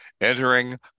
entering